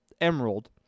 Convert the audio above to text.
Emerald